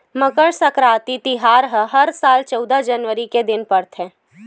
मकर सकराति तिहार ह हर साल चउदा जनवरी के दिन परथे